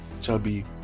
chubby